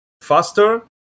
faster